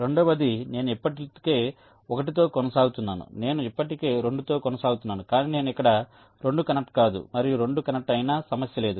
రెండవది నేను ఇప్పటికే 1 తో కొనసాగుతున్నాను నేను ఇప్పటికే 2 తో కొనసాగుతున్నాను కాని నేను ఇక్కడ 2 కనెక్ట్ కాదు మరియు 2 కనెక్ట్ అయినా సమస్య లేదు